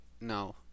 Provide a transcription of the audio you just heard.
no